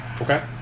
Okay